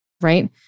right